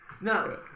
No